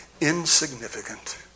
insignificant